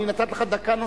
אני נתתי לך דקה נוספת.